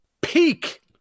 Peak